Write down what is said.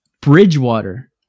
Bridgewater